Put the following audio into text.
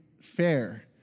fair